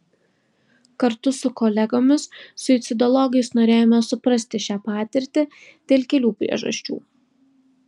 kartu su kolegomis suicidologais norėjome suprasti šią patirtį dėl kelių priežasčių